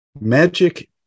magic